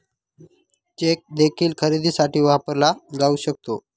check देखील खरेदीसाठी वापरला जाऊ शकतो